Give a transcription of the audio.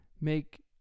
make